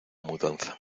mudanza